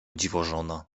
dziwożona